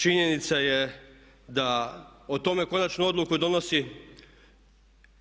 Činjenica je da o tome konačnu odluku donosi